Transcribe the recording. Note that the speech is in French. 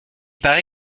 paraît